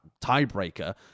tiebreaker